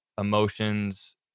emotions